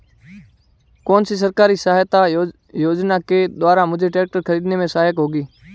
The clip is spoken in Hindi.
कौनसी सरकारी सहायता योजना के द्वारा मुझे ट्रैक्टर खरीदने में सहायक होगी?